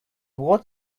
what